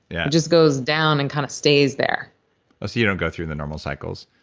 yeah it just goes down and kind of stays there so you don't go through the normal cycles?